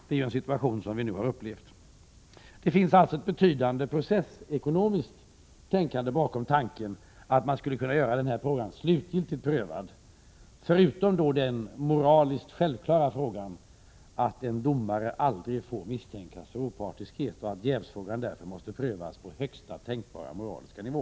Det är en situation som vi nu har upplevt. Det finns alltså ett betydande processekonomiskt tänkande bakom tanken att man skulle kunna göra den här frågan slutgiltigt prövad, förutom den moraliskt självklara uppfattningen att en domare aldrig får misstänkas för opartiskhet, varför jävsfrågan måste prövas på högsta tänkbara moraliska nivå.